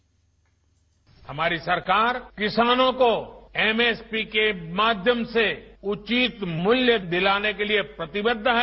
bite हमारी सरकार किसानों को एमएसपी के माध्यम से उचित मूल्य दिलाने के लिए प्रतिबद्ध है